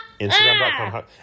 Instagram.com